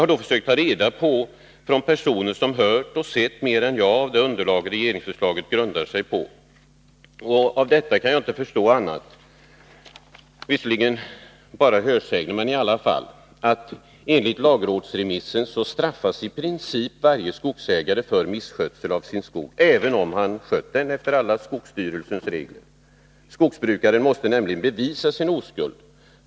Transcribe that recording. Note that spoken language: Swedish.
Jag har försökt att inhämta uppgifter från personer som hört och sett mera än jag beträffande det underlag som regeringsförslaget grundar sig på. Av vad som framkommit kan jag inte förstå annat — det är visserligen bara fråga om hörsägner, men i alla fall — än att i princip varje skogsägare enligt lagrådsremissen straffas för misskötsel av sin skog, även om han sköter denna enligt skogsstyrelsens alla regler. Skogsbrukaren måste nämligen bevisa sin oskuld.